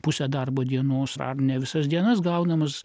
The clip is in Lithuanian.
pusę darbo dienos ar ne visos dienos gaunamos